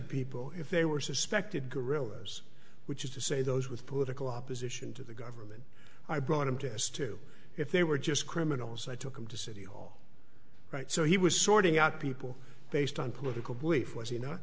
people if they were suspected guerrillas which is to say those with political opposition to the government i brought them to us to if they were just criminals i took them to city all right so he was sorting out people based on political belief w